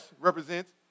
represents